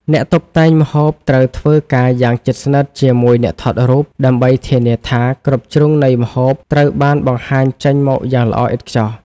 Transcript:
អ្នកតុបតែងម្ហូបត្រូវធ្វើការយ៉ាងជិតស្និទ្ធជាមួយអ្នកថតរូប ដើម្បីធានាថាគ្រប់ជ្រុងនៃម្ហូបត្រូវបានបង្ហាញចេញមកយ៉ាងល្អឥតខ្ចោះ។